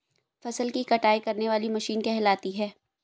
फसल की कटाई करने वाली मशीन कहलाती है?